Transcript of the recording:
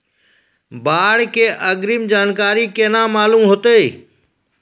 बाढ़ के अग्रिम जानकारी केना मालूम होइतै?